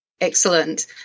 excellent